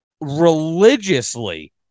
religiously